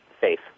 safe